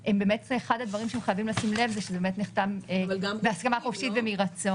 אחד הדברים שהם חייבים לשים לב זה שזה באמת נחתם בהסכמה חופשית ומרצון.